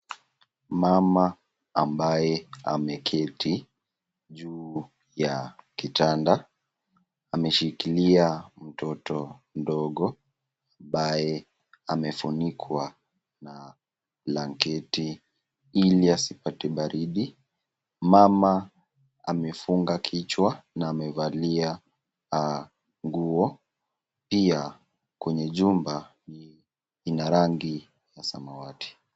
Mama ambaye ameketi juu ya kitanda, ameshikilia mtoto mdogo, ambaye amefunkwa na blanketi ili asipate baridi. Mama amefunga kichwa na amevalia nguo, pia kwenye jumba hii inarangi ya samawati.